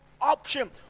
option